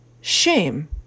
shame